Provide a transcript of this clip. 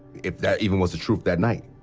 if that even was the truth that night.